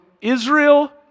Israel